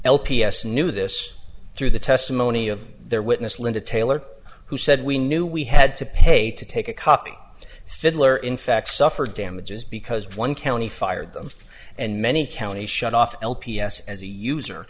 l p s knew this through the testimony of their witness linda taylor who said we knew we had to pay to take a copy fiddler in fact suffer damages because one county fired them and many counties shut off l p s as a user